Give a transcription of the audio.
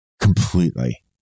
Completely